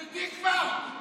תרדי כבר.